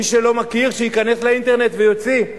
מי שלא מכיר, שייכנס לאינטרנט ויוציא.